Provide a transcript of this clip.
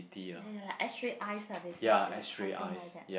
ya ya X-ray eyes lah they said it's something like that